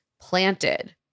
Planted